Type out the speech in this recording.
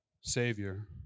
Savior